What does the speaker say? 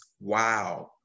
wow